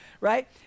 right